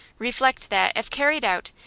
reflect that, if carried out,